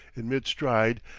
in mid-stride,